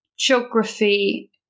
Geography